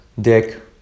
dick